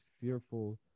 fearful